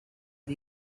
are